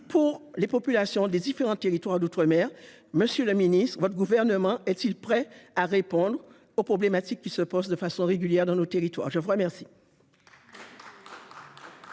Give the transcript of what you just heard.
aux populations des différents territoires d'outre-mer. Monsieur le ministre, votre gouvernement est-il prêt à répondre aux problématiques qui se posent de façon régulière dans nos territoires ? La parole